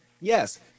Yes